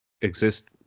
exist